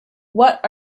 what